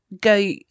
go